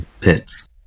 pits